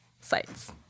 sites